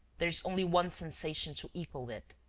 there is only one sensation to equal it,